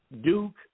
Duke